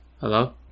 Hello